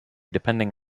depending